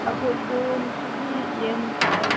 ꯑꯩꯈꯣꯏꯗꯨ ꯉꯁꯤꯗꯤ ꯌꯦꯟ ꯆꯥꯏꯌꯦ